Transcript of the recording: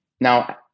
now